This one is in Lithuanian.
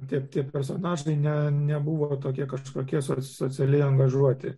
tie tie personažai ne nebuvo tokie kažkokie socialiai angažuoti